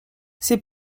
c’est